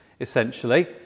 essentially